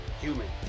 human